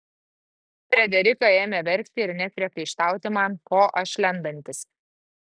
frederika ėmė verkti ir net priekaištauti man ko aš lendantis